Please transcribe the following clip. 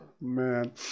man